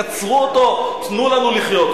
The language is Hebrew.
קצרו אותו, תנו לנו לחיות.